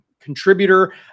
contributor